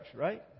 right